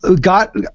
got